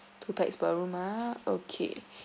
two pax per room ah okay